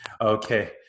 Okay